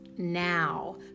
now